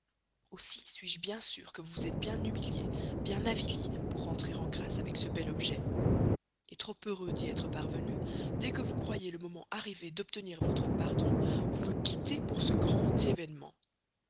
aussi suis-je bien sûre que vous vous êtes bien humilié bien avili pour rentrer en grâce avec ce bel objet trop heureux d'y être parvenu dès que vous croyez le moment arrivé d'obtenir votre pardon vous me quittez pour ce grand événement